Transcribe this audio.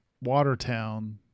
watertown